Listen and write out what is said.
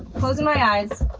closing my eyes.